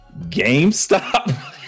GameStop